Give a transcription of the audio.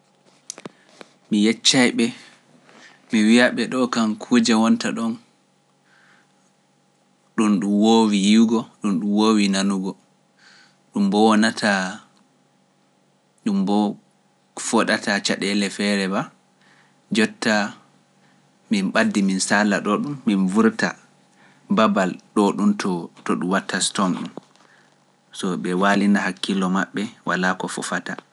Mi yecca ɓe, mi wiya ɓe ɗo kankuuje wonta ɗon ɗum ɗum wowi yiwgo, ɗum ɗum wowi nanugo, ɗum mbo wonata, ɗum mbo foɗata caɗele feere ba, jotta min ɓaddi min saala ɗo ɗum, min vurta babal ɗo ɗum to to ɗum wattasi toon so ɓe waalina hakkillo maɓɓe walaa ko fofata.